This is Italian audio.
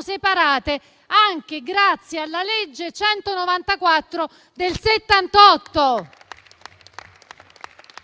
separate anche grazie alla legge n. 194 del 1978.